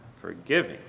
forgiving